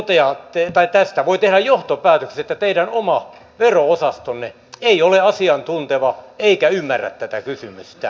tästä voi tehdä johtopäätöksen että teidän oma vero osastonne ei ole asiantunteva eikä ymmärrä tätä kysymystä